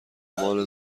عنوان